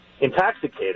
Intoxicated